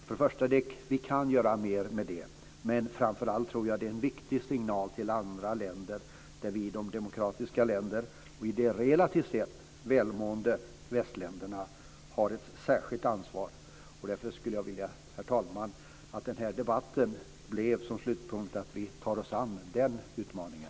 Vi kan till att börja med göra mer med det, men jag tror framför allt att det är en viktig signal till andra länder. Vi i de demokratiska länderna, de relativt sett välmående västländerna, har ett särskilt ansvar. Herr talman! Jag skulle därför som en slutpunkt i debatten vilja säga att vi bör ta oss an den utmaningen.